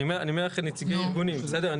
אני אומר לך נציגי ארגנים, בסדר?